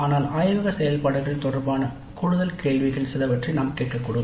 ஆனால் ஆய்வக செயல்பாடுகள் தொடர்பான கூடுதல் கேள்விகள் சிலவற்றை நாம் கேட்கக்கூடும்